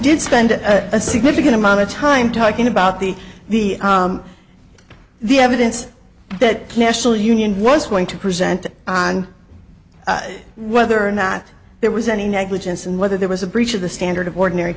did spend a significant amount of time talking about the the the evidence that national union was going to present on whether or not there was any negligence and whether there was a breach of the standard of ordinary